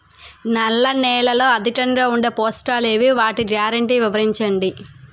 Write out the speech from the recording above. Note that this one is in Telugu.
నల్ల నేలలో అధికంగా ఉండే పోషకాలు ఏవి? వాటి గ్యారంటీ వివరించండి?